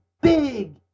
big